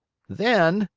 then,